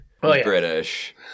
British